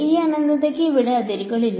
ഈ അനന്തതയ്ക്ക് ഇവിടെ അതിരുകളില്ല